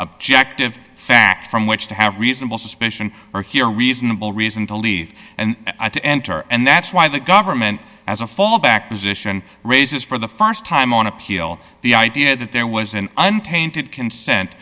objective fact from which to have reasonable suspicion or hear reasonable reason to leave and to enter and that's why the government as a fallback position raises for the st time on appeal the idea that there was an untainted consent